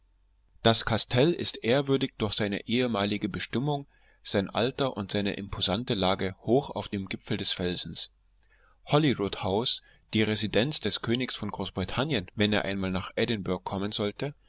das kastell ist ehrwürdig durch seine ehemalige bestimmung sein alter und seine imposante lage hoch auf dem gipfel des felsens holyrood house die residenz des königs von großbritannien wenn er einmal nach edinburgh kommen sollte